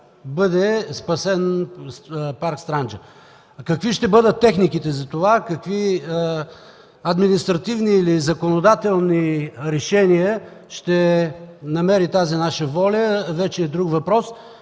бъде спасен парк „Странджа”. Какви ще бъдат техниките за това, какви административни или законодателни решения ще намери тази наша воля, вече е друг въпрос.